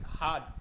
hard